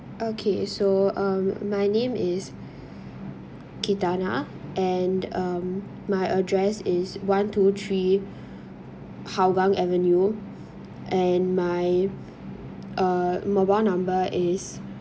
okay so uh my name is chatana and um my address is one two three hougang avenue and my uh mobile number is